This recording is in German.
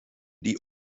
die